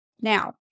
Now